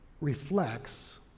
reflects